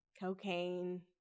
cocaine